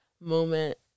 moment